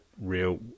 real